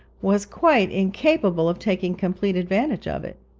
was quite incapable of taking complete advantage of it.